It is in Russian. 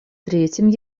третьим